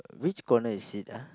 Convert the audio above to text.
which corner is it ah